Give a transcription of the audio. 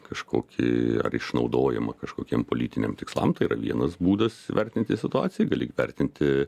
kažkokį ar išnaudojimą kažkokiem politiniam tikslam tai yra vienas būdas vertinti situaciją gali vertinti